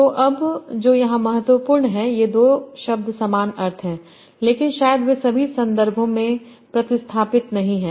तो अब जो यहां महत्वपूर्ण है ये दो शब्द समान अर्थ हैं लेकिन शायद वे सभी संदर्भों में प्रतिस्थापित नहीं हैं